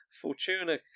Fortuna